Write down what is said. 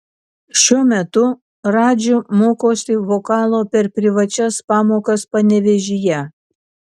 šiuo metu radži mokosi vokalo per privačias pamokas panevėžyje